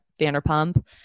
Vanderpump